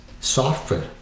software